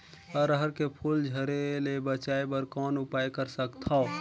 अरहर के फूल झरे ले बचाय बर कौन उपाय कर सकथव?